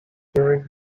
during